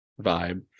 vibe